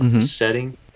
setting